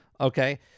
okay